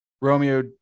Romeo